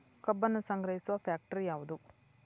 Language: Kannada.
ಕಬ್ಬನ್ನು ಸಂಗ್ರಹಿಸುವ ಫ್ಯಾಕ್ಟರಿ ಯಾವದು?